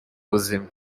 buzima